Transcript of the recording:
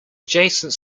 adjacent